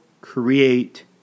create